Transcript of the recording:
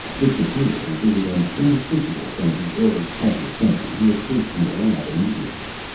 this material included an individual from the early twentieth century who escaped from the lab immediately.